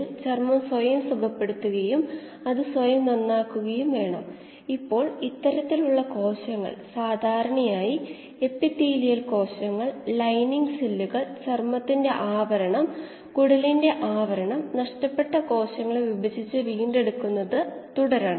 maximum operable dilution റേറ്റ്maximum dilution rate കണ്ടെത്തുക കീമോ സ്റ്റാറിലെ പ്രൊഡക്ടിവിറ്റി ക്ക് ഒരു എക്സ്പ്രഷൻ കണ്ടെത്തുക